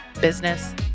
business